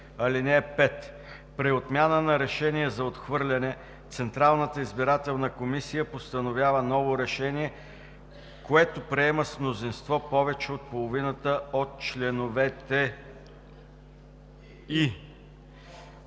ал. 5: „(5) При отмяна на решение за отхвърляне Централната избирателна комисия постановява ново решение, което приема с мнозинство повече от половината от членовете й.“